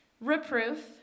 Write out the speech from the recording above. reproof